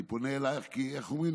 אני פונה אלייך כי איך אומרים,